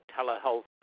telehealth